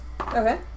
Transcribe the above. Okay